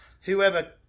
whoever